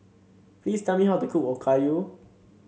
please tell me how to cook Okayu